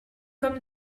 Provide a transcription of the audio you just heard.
comme